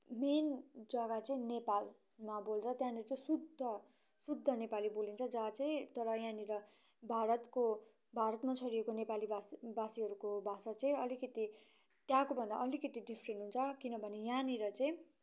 main जग्गा चाहिँ नेपालमा बोल्छ त्यहाँनिर चाहिँ शुद्ध शुद्ध नेपाली बोलिन्छ जहाँ चाहिँ तर यहाँनिर भारतको भारतमा छरिएको नेपाली भाषी वासीहरूको भाषा चाहिँ अलिकति त्यहाँकोभन्दा अलिकति डिफरेन्ट हुन्छ किनभने यहाँनिर चाहिँ